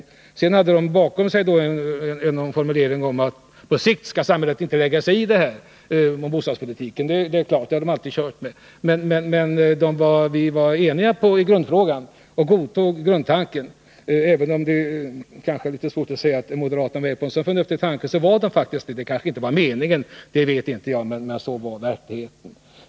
Men sedan hade de bakom sig någon formulering om att samhället inte på sikt skall lägga sig i bostadspolitiken — och det har de alltid kört med. Men vi var eniga i grundfrågan och godtog grundtanken — även om det är svårt att tro på att moderaterna var med på en så förnuftig tankegång. Så var det faktiskt. Det kanske inte var meningen — det vet inte jag — men så var verkligheten.